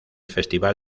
festival